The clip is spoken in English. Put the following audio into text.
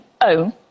own